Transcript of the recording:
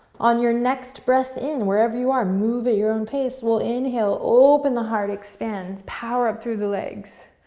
on your next breath in, wherever you are, move at your own pace, we'll inhale, open the heart, expand. power up through the legs.